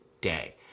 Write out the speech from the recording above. day